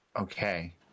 Okay